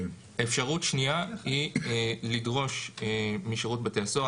אפשרות שנייה היא לדרוש משירות בתי הסוהר,